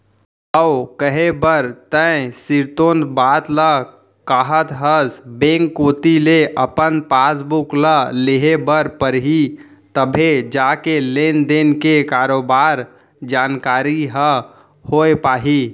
हव कहे बर तैं सिरतोन बात ल काहत हस बेंक कोती ले अपन पासबुक ल लेहे बर परही तभे जाके लेन देन के बरोबर जानकारी ह होय पाही